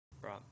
right